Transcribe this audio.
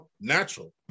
natural